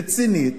רצינית,